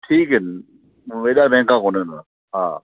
ठीक आहिनि एॾा महंगा कोन आहिनि हा